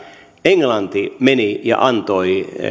englanti meni ja antoi